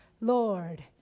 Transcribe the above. lord